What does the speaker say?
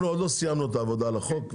אנחנו עוד לא סיימנו את העבודה על החוק,